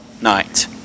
night